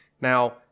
Now